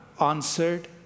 answered